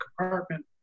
compartment